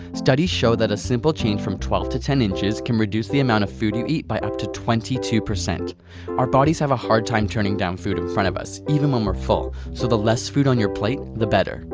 studies show that a simple change from twelve to ten inches can reduce the amount of food you eat by up to twenty two. our bodies have a hard time turning down food in front of us even when we're full. so the less food on your plate the better.